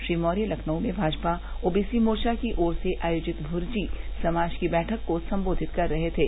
श्री मौर्य लखनऊ में भाजपा ओबीसी मोर्चा की ओर से आयोजित भुर्जी समाज की बैठक को संबोधित कर रहे थे